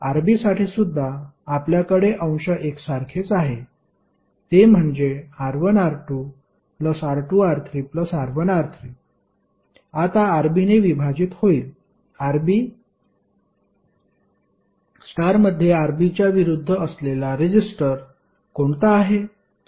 Rb साठीसुद्धा आपल्याकडे अंश एकसारखेच आहे ते म्हणजे R1R2R2R3R1R3 आता Rb ने विभाजित होईल स्टारमध्ये Rb च्या विरूद्ध असलेला रेजिस्टर कोणता आहे